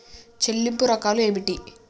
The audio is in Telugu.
చెల్లింపు రకాలు ఏమిటి?